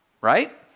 Right